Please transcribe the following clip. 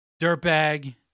Dirtbag